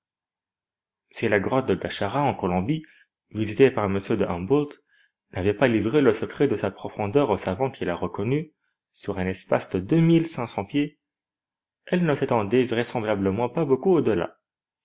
si la grotte de guachara en colombie visitée par m de humboldt n'avait pas livré le secret de sa profondeur au savant qui la reconnut sur un espace de deux mille cinq cents pieds elle ne s'étendait vraisemblablement pas beaucoup